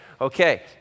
Okay